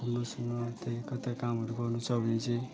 घुम्नु सुम्नु कतै केही कामहरू गर्नु छ भने चाहिँ